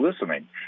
listening